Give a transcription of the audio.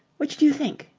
which do you think?